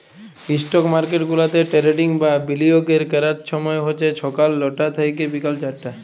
stock market গুলাতে trading বা বিলিয়গের ক্যরার ছময় হছে ছকাল লটা থ্যাইকে বিকাল চারটা